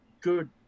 good